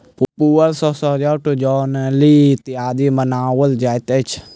पुआर सॅ सजौट, गोनरि इत्यादि बनाओल जाइत अछि